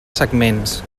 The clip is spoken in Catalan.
segments